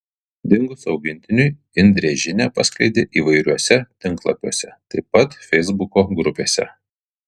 dingus augintiniui indrė žinią paskleidė įvairiuose tinklapiuose taip pat feisbuko grupėse